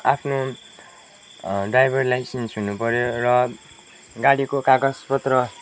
आफ्नो driver licence हुनुपऱ्यो र गाडीको कागज पत्र